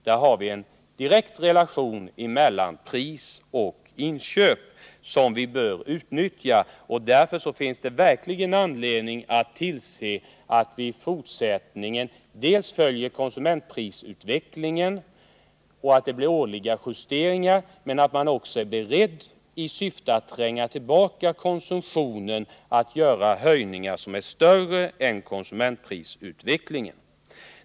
Där har vi en direkt relation mellan pris och inköp som vi bör utnyttja, och därför finns det verkligen anledning att tillse att vi i fortsättningen följer konsumentprisutvecklingen och gör årliga justeringar men att vi också, i syfte att tränga tillbaka konsumtionen, är beredda att genomföra höjningar som är större än vad som föranleds av konsumentprisutvecklingen.